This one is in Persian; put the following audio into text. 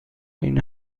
این